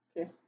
Okay